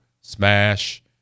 Smash